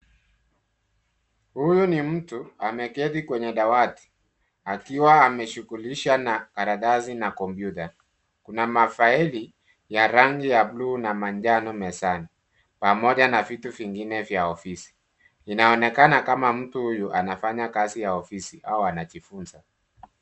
Huyu ni mtu ameketi kwenye dawati akiwa ameshughulisha na karatasi na kompyuta kuna mafaili ya rangi ya bluu na manjano mezani, pamoja na vitu vingine vya ofisi inaonekana kama mtu huyu anafanya kazi ya ofisi au anajifunza.